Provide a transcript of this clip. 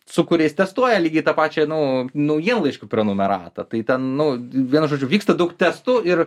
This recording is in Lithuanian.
su kuriais testuoja lygiai tą pačią nu naujienlaiškių prenumeratą tai ten nu vienu žodžiu vyksta daug testų ir